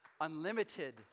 unlimited